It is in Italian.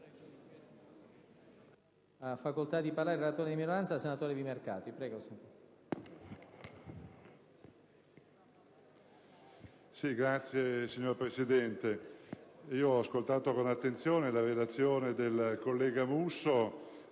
minoranza*. Signor Presidente, ho ascoltato con attenzione la relazione del collega Musso,